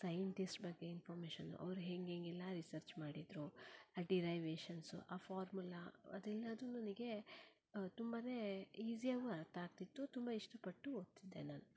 scientist ಬಗ್ಗೆ information ಅವರು ಹೇಗ್ಹೇಗೆಲ್ಲ ರಿಸರ್ಚ್ ಮಾಡಿದ್ದರು ಆ ಡಿರೈವೇಷನ್ಸ್ ಆ ಫಾರ್ಮುಲಾ ಅದೆಲ್ಲವೂ ನನಗೆ ತುಂಬಾನೇ ಈಸಿಯಾಗೂ ಅರ್ಥ ಆಗ್ತಿತ್ತು ತುಂಬ ಇಷ್ಟಪಟ್ಟು ಓದ್ತಿದ್ದೆ ನಾನು